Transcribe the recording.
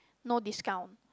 no discount